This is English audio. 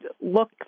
look